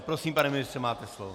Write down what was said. Prosím, pane ministře, máte slovo.